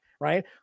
right